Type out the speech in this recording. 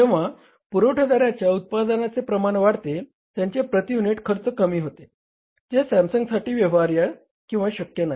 जेव्हा पुरवठादारच्या उत्पादनाचे प्रमाण वाढते त्यांचे प्रती युनिट खर्च कमी होते जे सॅमसंगसाठी व्यवहार्य किंवा शक्य नाही